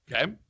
Okay